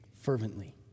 fervently